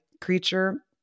creature